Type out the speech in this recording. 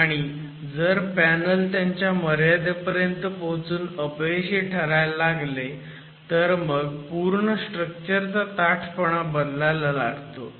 आणि जर पॅनल त्यांच्या मर्यादेपर्यंत पोहोचून अपयशी ठरायला लागले तर मग पूर्ण स्ट्रक्चर चा ताठपणा बदलायला लागतो